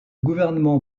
gouvernement